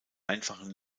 einfachen